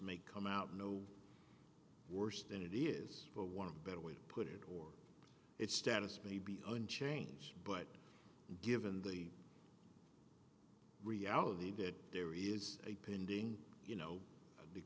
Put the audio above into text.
may come out no worse than it is but one of the better way to put it or its status may be unchanged but given the reality that there is a pending you know the